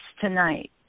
tonight